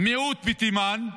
מיעוט בתימן,